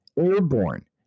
airborne